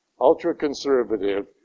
ultra-conservative